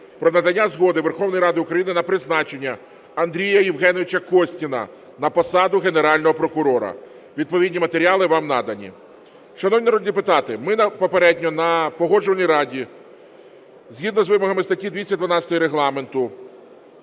про надання згоди Верховної Ради України на призначення Андрія Євгеновича Костіна на посаду Генерального прокурора, відповідні матеріали вам надані. Шановні народні депутати, ми попередньо на Погоджувальній раді, згідно з вимогами статті 212 Регламенту,